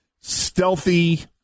stealthy